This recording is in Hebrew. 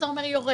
אתה אומר יורד,